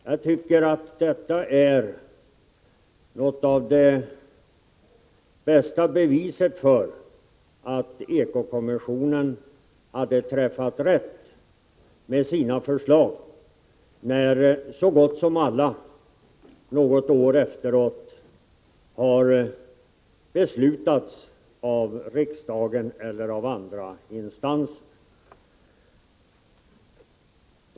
Jag tycker att det bästa beviset för att ekokommissionen hade träffat rätt med sina förslag är att så gott som alla något år efteråt har antagits genom beslut av riksdagen eller av andra instanser.